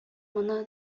моны